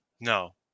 No